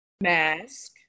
Mask